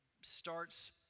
starts